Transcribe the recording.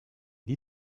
die